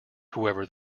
whoever